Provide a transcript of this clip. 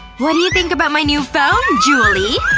what do you think about my new phone, julie?